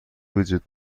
وجود